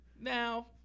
Now